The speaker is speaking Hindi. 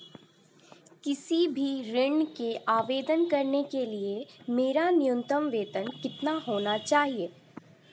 किसी भी ऋण के आवेदन करने के लिए मेरा न्यूनतम वेतन कितना होना चाहिए?